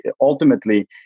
ultimately